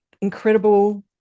incredible